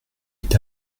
est